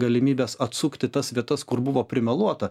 galimybės atsukti tas vietas kur buvo primeluota